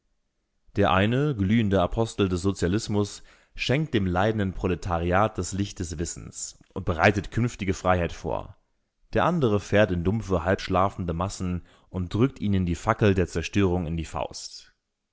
der eine glühender apostel des sozialismus schenkt dem leidenden proletariat das licht des wissens und bereitet künftige freiheit vor der andere fährt in dumpfe halb schlafende massen und drückt ihnen die fackel der zerstörung in die faust